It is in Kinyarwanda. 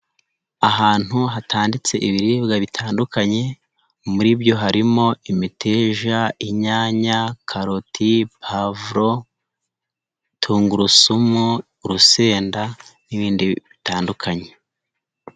Ahantu hatanditse ibiribwa bitandukanye muri byo harimo: imiteja, inyanya, karoti, pavuro, tungurusumu, urusenda n'ibindi bitandukanye.